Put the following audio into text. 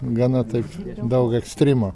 gana taip daug ekstrymo